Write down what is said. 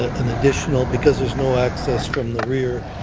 ah an additional because there's no access from the rear,